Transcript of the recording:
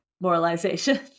moralization